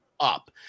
up